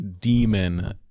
demon